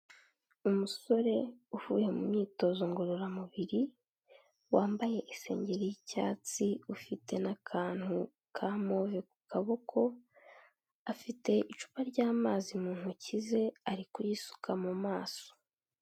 Umusore uvuye mu myitozo ngororamubiri, wambaye isengeri y'icyatsi, ufite n'akantu ka move ku kaboko, afite icupa ry'amazi mu ntoki ze, ari kuyisuka mu maso.